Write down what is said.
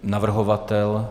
Navrhovatel?